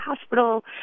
hospital